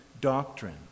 doctrine